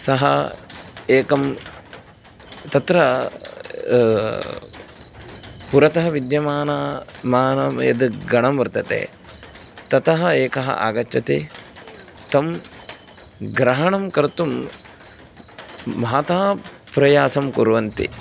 सः एकं तत्र पुरतः विद्यमानं मानम् एतद् गणं वर्तते ततः एकः आगच्छति तं ग्रहणं कर्तुं महता प्रयासं कुर्वन्ति